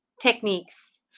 techniques